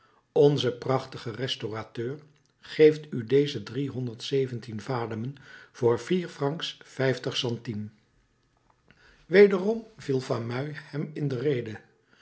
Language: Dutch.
onze prachtige restaurateur geeft u deze driehonderdzeventien vademen voor vier francs vijftig centimes wederom viel fameuil hem in de rede